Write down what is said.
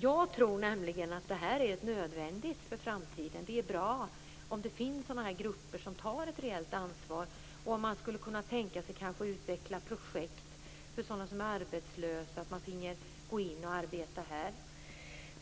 Jag tror nämligen att det är nödvändigt i framtiden. Det är bra om det finns sådana här grupper som tar ett reellt ansvar. Man skulle kanske kunna tänka sig att utveckla projekt för sådana som är arbetslösa, så att de finge gå in och arbeta här.